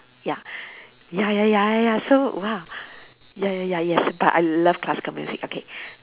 ya ya ya ya ya ya so !wah! ya ya ya yes but I love classical music okay